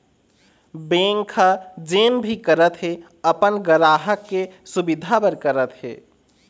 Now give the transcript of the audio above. bank ह जेन भी करत हे अपन गराहक के सुबिधा बर करत हे